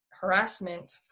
harassment